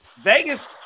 Vegas